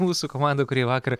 mūsų komanda kurie vakar